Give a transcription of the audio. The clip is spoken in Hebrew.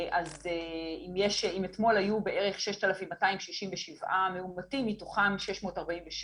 אם אתמול היו בערך 6,267 מאומתים, מתוכם 647